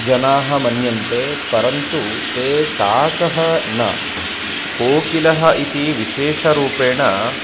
जनाः मन्यन्ते परन्तु ते काकः न कोकिलः इति विशेषरूपेण